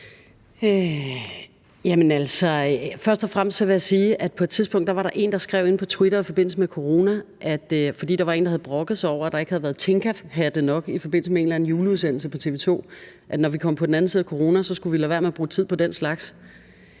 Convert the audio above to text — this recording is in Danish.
fremmest vil jeg sige, at på et tidspunkt i forbindelse med corona var der en, der skrev inde på Twitter, fordi der var en, der havde brokket sig over, at der ikke havde været Tinkahatte nok i forbindelse med en eller anden juleudsendelse på TV 2, at når vi kom på den anden side af corona, skulle vi lade være med at bruge tid på den slags.